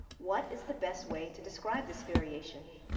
what is the best way to describe this variation?